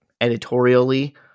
editorially